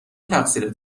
تقصیر